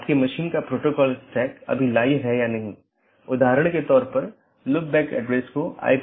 तो AS के भीतर BGP का उपयोग स्थानीय IGP मार्गों के विज्ञापन के लिए किया जाता है